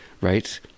right